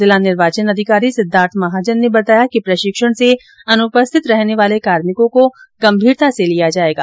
जिला निर्वाचन अधिकारी सिद्धार्थ महाजन ने बतायो कि प्रशिक्षण से अनुपस्थित रहने वाले कार्भिकों को गंभीरता से लिया जाएगा